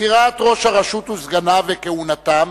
(בחירת ראש הרשות וסגניו וכהונתם)